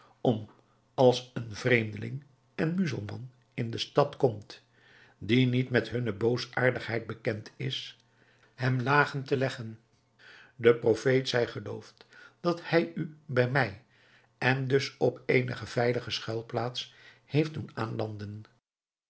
om als een vreemdeling en muzelman in de stad komt die niet met hunne boosaardigheid bekend is hem lagen te leggen de profeet zij geloofd dat hij u bij mij en dus op eene veilige schuilplaats heeft doen aanlanden